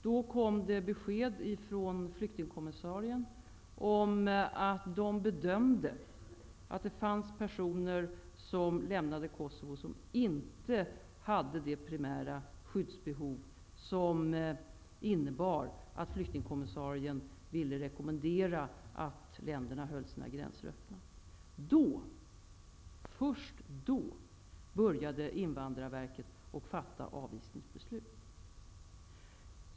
Då kom det besked från flyktingkommissarien om att man bedömde att det fanns personer som lämnade Kosovo som inte hade det primära skyddsbehov som innebar att flyktingkommissarien ville rekommendera att länderna höll sina gränser öppna. Då, först då, började invandrarverket att fatta avvisningsbeslut.